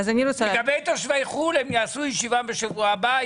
לגבי תושבי חו"ל הם יעשו ישיבה בשבוע הבא,